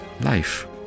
Life